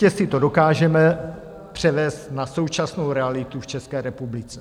Jistě si to dokážeme převést na současnou realitu v České republice.